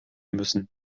müssen